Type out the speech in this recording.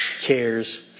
cares